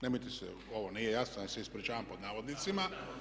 Nemojte se, ovo nije jasna, ja se ispričavam pod navodnicima.